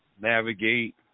navigate